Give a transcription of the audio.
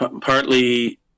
partly